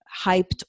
hyped